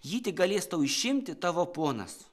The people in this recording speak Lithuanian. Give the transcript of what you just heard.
jį tik galės tau išimti tavo ponas